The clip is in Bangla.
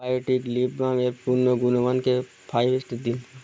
বায়োটিক লিপ বামের পণ্য গুণমানকে ফাইভ স্টার দিন